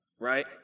Right